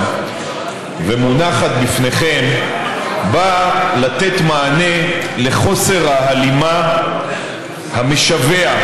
ומונחת בפניכם באה לתת מענה לחוסר ההלימה המשווע,